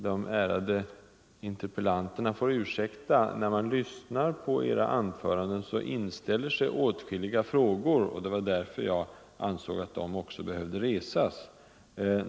De ärade interpellanterna får ursäkta, men när man lyssnar till era anföranden inställer sig åtskilliga frågor, som också behöver besvaras.